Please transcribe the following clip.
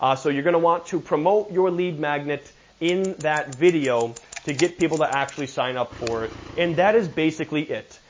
um so you're gonna want to promote your lead magnet in that video to get people to actually sign up for it, and that is basically it.